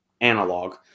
analog